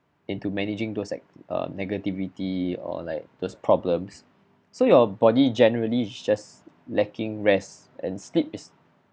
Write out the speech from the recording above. into managing those act~ err negativity or like those problems so your body generally just lacking rest and sleep is